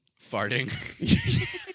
Farting